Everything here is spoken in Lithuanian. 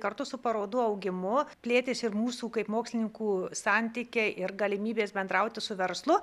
kartu su parodų augimu plėtėsi ir mūsų kaip mokslininkų santykiai ir galimybės bendrauti su verslu